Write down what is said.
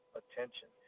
attention